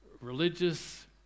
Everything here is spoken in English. religious